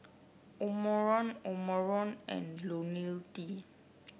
Omron Omron and IoniL T